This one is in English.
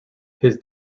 his